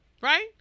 Right